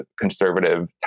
conservative